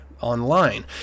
online